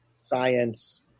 science